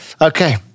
Okay